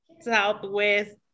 southwest